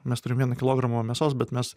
mes turim vieną kilogramą mėsos bet mes